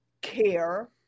care